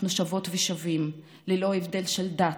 אנחנו שוות ושווים ללא הבדל של דת,